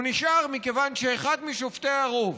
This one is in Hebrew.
הוא נשאר מכיוון שאחד משופטי הרוב,